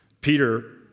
Peter